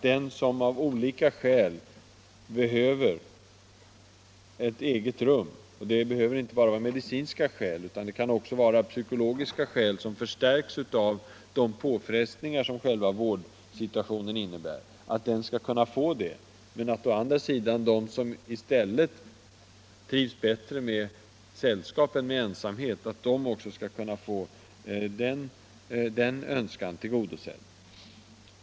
Den som av olika skäl behöver ett eget rum — det behöver inte vara av medicinska skäl utan kan också vara av psykologiska skäl som förstärks av de påfrestningar som själva vårdsituationen innebär — skall kunna få det, men å andra sidan skall också den som trivs bättre med sällskap än med ensamhet kunna få sin önskan tillgodosedd.